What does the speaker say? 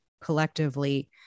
collectively